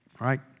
right